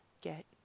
get